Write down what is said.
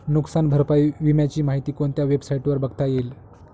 नुकसान भरपाई विम्याची माहिती कोणत्या वेबसाईटवर बघता येईल?